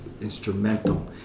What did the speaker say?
Instrumental